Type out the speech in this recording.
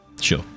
sure